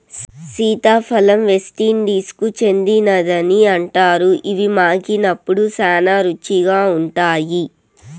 సీతాఫలం వెస్టిండీస్కు చెందినదని అంటారు, ఇవి మాగినప్పుడు శ్యానా రుచిగా ఉంటాయి